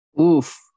Oof